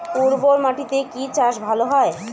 উর্বর মাটিতে কি চাষ ভালো হয়?